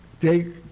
take